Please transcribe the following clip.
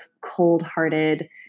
cold-hearted